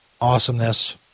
awesomeness